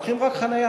לוקחים רק על חניה.